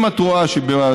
אם את רואה שהתשובה,